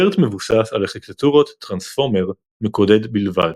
BERT מבוסס על ארכיטקטורת טרנספורמר "מקודד בלבד".